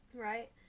Right